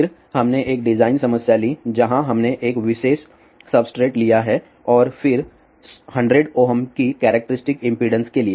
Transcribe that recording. फिर हमने एक डिज़ाइन समस्या ली जहाँ हमने एक विशेष सब्सट्रेट लिया है और फिर 100 Ω की कैरेक्टरिस्टिक इम्पीडेन्स के लिए